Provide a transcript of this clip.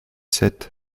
sept